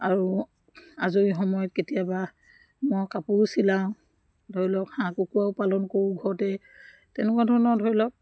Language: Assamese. আৰু আজৰি সময়ত কেতিয়াবা মই কাপোৰো চিলাওঁ ধৰি লক হাঁহ কুকুৰাও পালন কৰোঁ ঘৰতে তেনেকুৱা ধৰণৰ ধৰি লওক